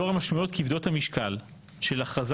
לאור המשמעויות כבדות המשקל של הכרזה